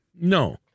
No